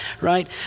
right